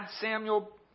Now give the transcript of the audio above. Samuel